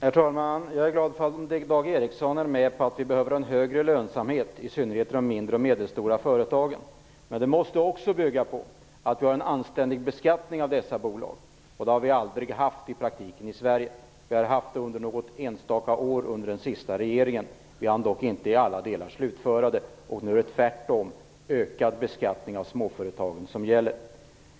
Fru talman! Jag är glad över att Dag Ericson är med på att vi behöver en högre lönsamhet, i synnerhet i de mindre och medelstora företagen. Men det måste också bygga på att vi har en anständig beskattning av dessa bolag. Det har vi i praktiken aldrig haft i Sverige. Vi har haft det under något enstaka år under den senaste regeringen. Vi hann dock inte slutföra vårt arbete i alla delar. Nu är det tvärtom. Det är ökad beskattning av småföretagen som gäller.